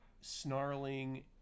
snarling